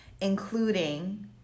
including